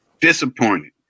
Disappointed